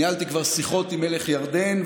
ניהלתי כבר שיחות עם מלך ירדן,